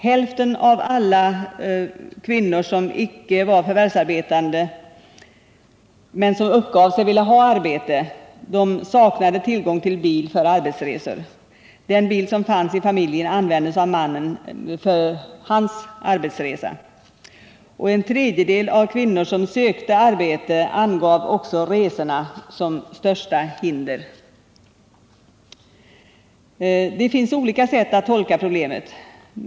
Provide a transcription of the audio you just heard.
Hälften av alla icke förvärvsarbetande kvinnor som uppgav sig vilja ha arbete saknade tillgång till bil för arbetsresor. Den bil som fanns i familjen användes av mannen för hans arbetsresor, och en tredjedel av de kvinnor som sökte arbete angav också resorna som största hinder. Det finns olika sätt att tackla problemet.